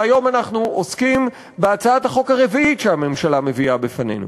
והיום אנחנו עוסקים בהצעת החוק הרביעית שהממשלה מביאה בפנינו.